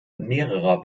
mehrerer